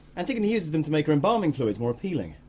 antigone uses them to make her embalming fluids more appealing.